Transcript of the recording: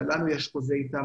שלנו יש חוזה אתם,